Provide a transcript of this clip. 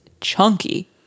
chunky